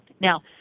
Now